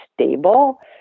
stable